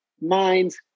minds